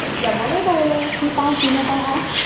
যাব লাগিব হ'লেও কি পাওঁ কি নেপাওঁ অঁ